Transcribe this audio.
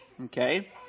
Okay